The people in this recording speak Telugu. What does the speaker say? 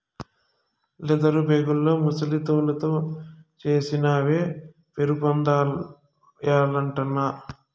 లెదరు బేగుల్లో ముసలి తోలుతో చేసినవే పేరుపొందాయటన్నా